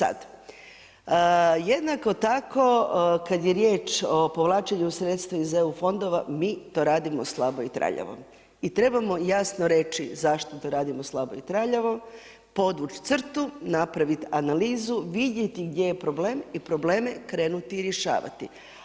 E sada, jednako tako kada je riječ o povlačenju sredstava iz EU fondova mi to radimo slabo i traljavo i trebamo jasno reći zašto to radimo slabo i traljavo, podvući crtu, napraviti analizu, vidjeti gdje je problem i probleme krenuti rješavati.